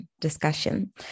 discussion